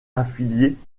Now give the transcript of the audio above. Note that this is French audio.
affiliés